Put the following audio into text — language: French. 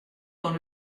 dans